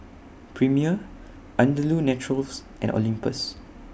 Premier Andalou Naturals and Olympus